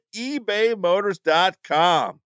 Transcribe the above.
ebaymotors.com